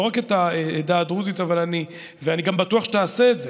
לא רק את העדה הדרוזית, ואני גם בטוח שתעשה את זה,